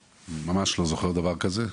ממש לא זוכר דבר כזה.